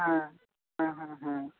হ্যাঁ হ্যাঁ হ্যাঁ হ্যাঁ